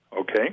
Okay